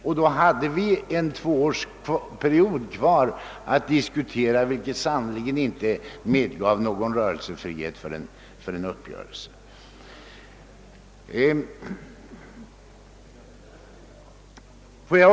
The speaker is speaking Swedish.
Det återstod alltså en tvåårsperiod att diskutera, vilket sannerligen inte medgav någon rörelsefrihet för en uppgörelse.